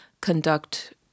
conduct